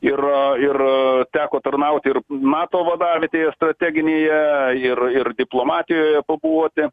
ir ir teko tarnauti ir nato vadavietėje strateginėje ir ir diplomatijoje pabuvoti